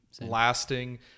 lasting